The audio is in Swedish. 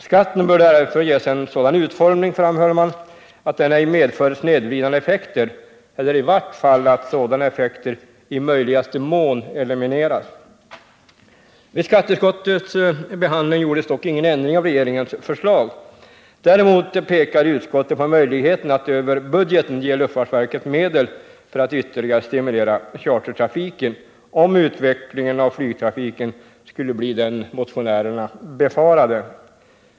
Skatten bör därför ges en sådan utformning, framhöll man, att den ej medför snedvridande effekter eller i vart fall att sådana effekter i möjligaste mån elimineras. Vid skatteutskottets behandling gjordes dock ingen ändring av regeringens förslag. Däremot pekade utskottet på möjligheten att över budgeten ge luftfartsverket medel för att ytterligare stimulera chartertrafiken, om utvecklingen av flygtrafiken skulle bli den motionärerna befarade.